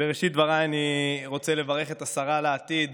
בראשית דבריי אני רוצה לברך את השרה לעתיד